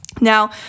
Now